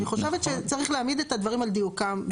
אני חושבת שצריך להעמיד את הדברים על דיוקם.